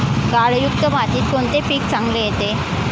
गाळयुक्त मातीत कोणते पीक चांगले येते?